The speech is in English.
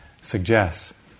suggests